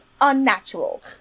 unnatural